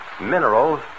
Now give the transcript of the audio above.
minerals